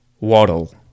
Waddle